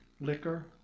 liquor